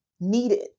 needed